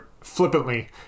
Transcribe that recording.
flippantly